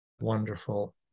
wonderful